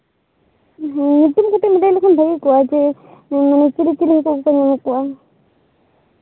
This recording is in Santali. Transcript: ᱦᱮᱸ ᱧᱩᱛᱩᱢ ᱠᱟᱹᱴᱤᱡ ᱮᱢ ᱞᱟᱹᱭᱞᱮᱠᱷᱟᱱ ᱡᱮ ᱪᱤᱞᱤ ᱪᱤᱞᱤ ᱦᱟᱹᱠᱩ ᱠᱚᱠᱚ ᱧᱟᱢ ᱠᱚᱜᱼᱟ